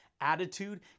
attitude